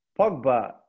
Pogba